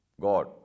God